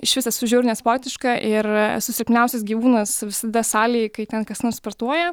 išvis esu žiauriai nesportiška ir esu silpniausias gyvūnas visada salėj kai ten kas nors sportuoja